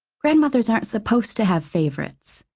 grandmothers aren't supposed to have favorites.